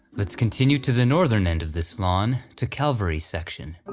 let's continue to the northern end of this lawn to calvary section. but